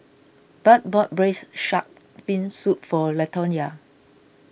Budd bought Braised Shark Fin Soup for Latonya